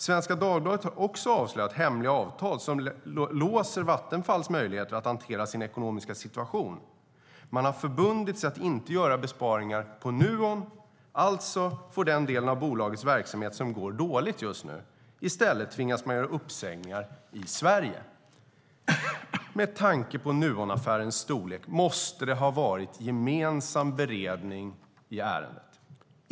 Svenska Dagbladet har också avslöjat hemliga avtal som låser Vattenfalls möjligheter att hantera sin ekonomiska situation. Man har förbundit sig att inte göra besparingar på Nuon, alltså på den del av bolagets verksamhet som just nu går dåligt. I stället tvingas man göra uppsägningar i Sverige. Med tanke på Nuonaffärens storlek måste det ha varit gemensam beredning i ärendet.